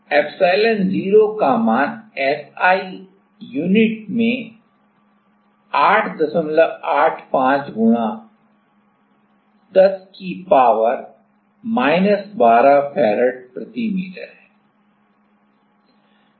एप्सिलॉन0 का मान एसआई इकाई में 885 गुणा 10 की घात माइनस 12 फैराड प्रति मीटर है